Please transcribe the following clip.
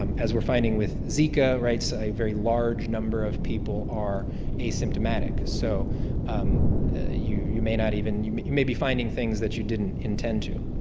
um as we're finding with zika, right, so a very large number of people are asymptomatic. so you you may not even you you may be finding things that you didn't intend to.